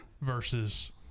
Versus